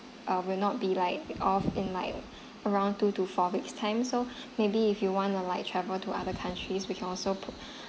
uh will not be like off in like around two to four weeks time so maybe if you want to like travel to other countries we can also put